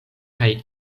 kaj